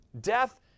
Death